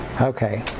Okay